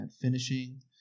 finishing